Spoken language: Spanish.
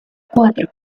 cuatro